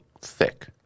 thick